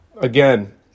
again